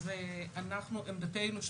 עמדתנו היא,